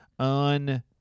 On